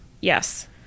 Yes